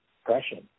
depression